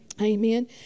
Amen